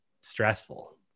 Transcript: stressful